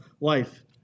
life